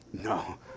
no